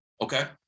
Okay